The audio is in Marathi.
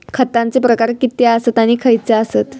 खतांचे प्रकार किती आसत आणि खैचे आसत?